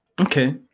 Okay